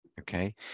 okay